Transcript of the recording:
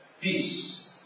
peace